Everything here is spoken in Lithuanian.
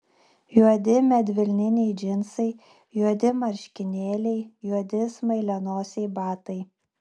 juodi medvilniniai džinsai juodi marškinėliai juodi smailianosiai batai